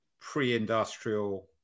pre-industrial